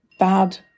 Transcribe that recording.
bad